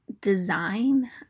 design